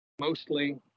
Mostly